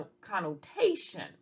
connotation